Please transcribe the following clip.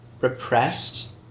repressed